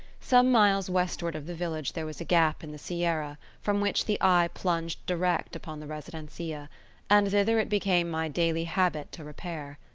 some miles westward of the village there was a gap in the sierra, from which the eye plunged direct upon the residencia and thither it became my daily habit to repair.